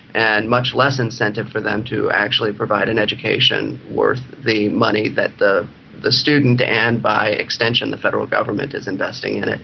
and much less incentive for them to actually provide an education worth the money that the the student and by extension the federal government is investing in it.